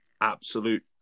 absolute